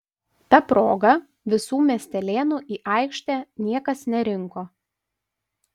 ta proga visų miestelėnų į aikštę niekas nerinko